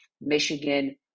Michigan